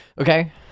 Okay